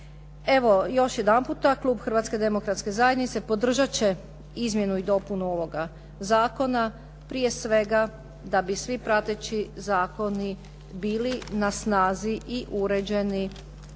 Evo, još jedanputa, klub Hrvatske demokratske zajednice podržati će izmjenu i dopunu ovoga zakona, prije svega da bi svi prateći zakoni bili na snazi i uređeni